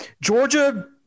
georgia